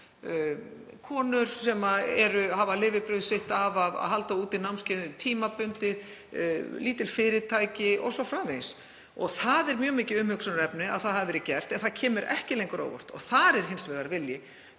konur sem hafa lifibrauð sitt af því að halda úti námskeiðum tímabundið, lítil fyrirtæki o.s.frv. Það er mjög mikið umhugsunarefni að það hafi verið gert en það kemur ekki lengur á óvart. Þar er hins vegar vilji